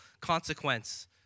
consequence